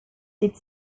its